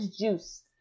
juice